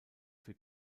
für